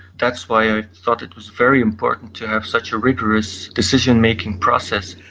that's why i thought it was very important to have such a rigorous decision-making process.